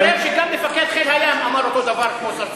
מתברר שגם מפקד חיל הים אמר אותו דבר כמו צרצור.